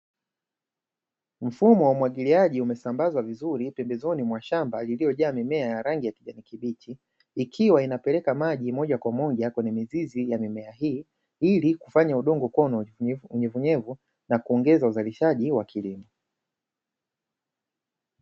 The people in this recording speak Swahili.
Mfumo wa umwagiliagi umesambazwa vizuri pembezoni mwa shamba lililojaa mimea ya rangi ya kijani kibichi, ikiwa inapeleka maji moja kwa moja kwenye mizizi ya mimea hii ili kufanya udongo kuwa na unyevunyevu na kuongea uzalishaji wa kilimo.